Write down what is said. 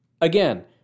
Again